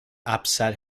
upset